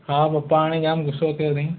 हा पपा हाणे जाम गुसो कयो अथेई